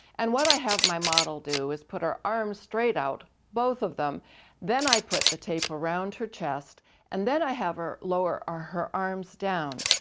and what i have my model do is put our arms straight out both of them then i put the tape around her chest and then i have her lower her arms down.